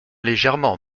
légèrement